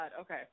Okay